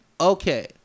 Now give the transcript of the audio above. okay